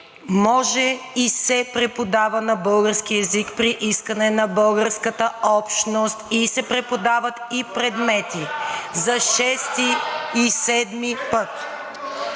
може и се преподава на български език при искане на българската общност и се преподават и предмети (шум и реплики